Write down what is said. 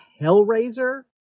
Hellraiser